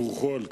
ותבורכו על כך.